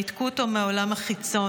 ניתקו אותו מהעולם החיצון.